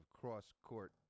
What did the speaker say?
cross-court